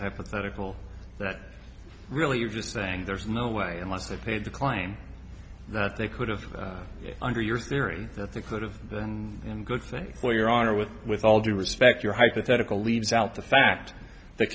hypothetical that really you're just saying there's no way unless they paid the climb that they could have under your theory that the could have been in good things for your honor with with all due respect your hypothetical leaves out the fact th